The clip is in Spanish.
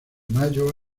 mayo